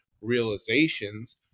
realizations